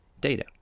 data